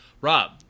Rob